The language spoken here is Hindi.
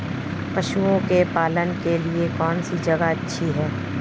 पशुओं के पालन के लिए कौनसी जगह अच्छी है?